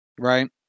right